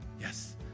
Yes